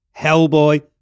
Hellboy